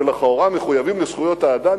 שלכאורה מחויבים לזכויות האדם,